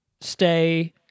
stay